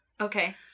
Okay